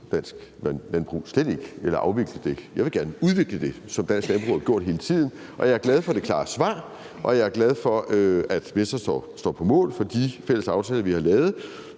dansk landbrug, slet ikke, eller afvikle det. Jeg vil gerne udvikle det, som dansk landbrug hele tiden har gjort. Jeg er glad for det klare svar, og jeg er glad for, at Venstre står på mål for de fælles aftaler, vi har lavet,